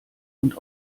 und